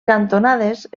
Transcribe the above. cantonades